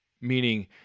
meaning